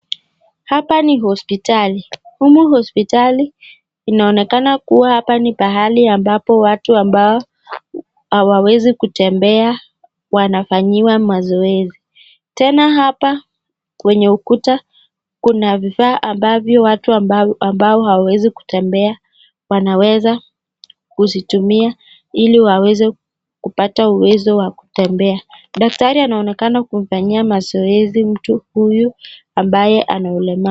Hapa ni hospitali ,humu hospitali inaonekana kuwa hapa ni pahali ambapo watu ambao hawawezi kutembea wanafanyiwa mazoezi. Tena hapa kwenye ukuta kuna vifaa ambavyo watu ambao hawawezi kutembea wanaweza kuzitumia ,ili waweze kupata uwezo wa kutembea .Daktari anaonekana kumfanyia mazoezi mtu huyu ,ambaye amelemaa.